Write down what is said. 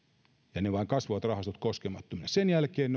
ja rahastot vain kasvoivat koskemattomina sen jälkeen